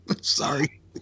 Sorry